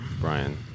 Brian